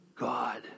God